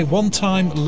one-time